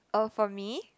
oh for me